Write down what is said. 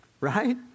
right